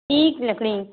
ٹیک لکڑی